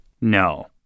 No